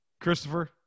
Christopher